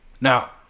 Now